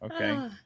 Okay